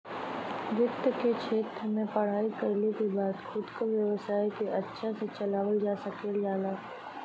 वित्त के क्षेत्र में पढ़ाई कइले के बाद खुद क व्यवसाय के अच्छा से चलावल जा सकल जाला